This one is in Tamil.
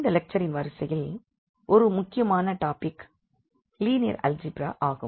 இந்த லெக்சரின் வரிசையில் ஒரு முக்கியமான டாபிக் லீனியர் அல்ஜீப்ரா ஆகும்